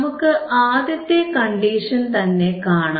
നമുക്ക് ആദ്യത്തെ കണ്ടീഷൻതന്നെ കാണാം